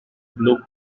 blue